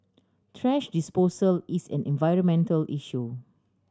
thrash disposal is an environmental issue